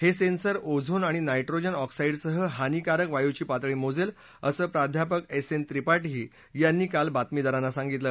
हे sensor ozone आणि nitrogen ऑक्साईडसह हानीकारक वायूची पातळी मोजेल असं प्राध्यापक एस एन त्रिपाठी यांनी काल बातमीदारांना सांगितलं